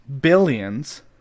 billions